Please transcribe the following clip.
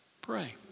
pray